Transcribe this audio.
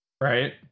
Right